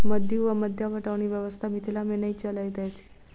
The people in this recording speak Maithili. मद्दु वा मद्दा पटौनी व्यवस्था मिथिला मे नै चलैत अछि